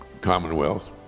Commonwealth